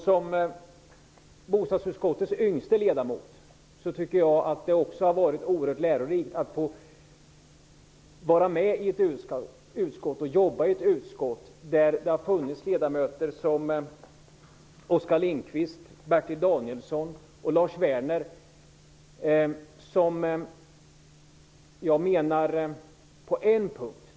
Som bostadsutskottets yngste ledamot tycker jag också att det har varit oerhört lärorikt att få jobba i ett utskott där det har funnits ledamöter som Oskar Lindkvist, Bertil Danielsson och Lars Werner.